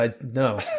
No